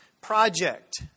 project